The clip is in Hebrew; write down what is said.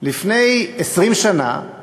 לפני 20 שנה